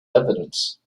evidence